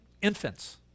Infants